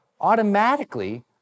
automatically